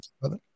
brother